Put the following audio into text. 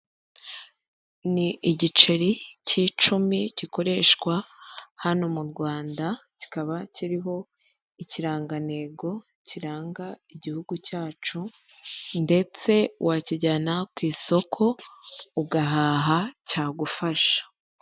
Ni igiceri cy'icumi gikoreshwa hano mu Rwanda kikaba kiriho ikirangantego kiranga igihugu cyacu ndetse wakijyana ku isoko ugahaha cyagufasha.